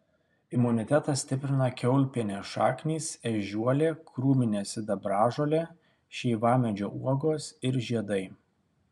imunitetą stiprina kiaulpienės šaknys ežiuolė krūminė sidabražolė šeivamedžio uogos ir žiedai